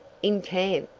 in camp!